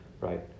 right